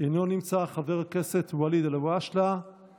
אינו נמצא, חבר הכנסת ואליד אלהואשלה,